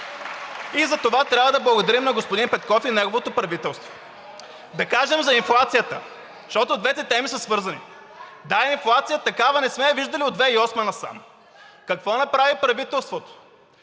И за това трябва да благодарим на господин Петков и негово правителство. Да кажем за инфлацията, защото двете теми са свързани. Да, инфлация такава не сме виждали от 2008-а насам. (Шум и реплики от